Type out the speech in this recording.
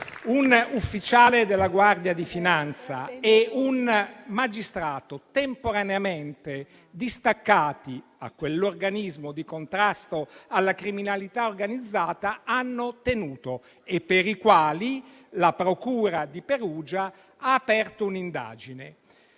un ufficiale della Guardia di finanza e un magistrato, temporaneamente distaccati a quell'organismo di contrasto alla criminalità organizzata - hanno tenuto e per i quali la procura di Perugia ha aperto un'indagine.